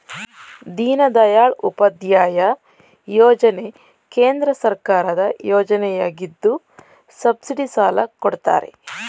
ದೀನದಯಾಳ್ ಉಪಾಧ್ಯಾಯ ಯೋಜನೆ ಕೇಂದ್ರ ಸರ್ಕಾರದ ಯೋಜನೆಯಗಿದ್ದು ಸಬ್ಸಿಡಿ ಸಾಲ ಕೊಡ್ತಾರೆ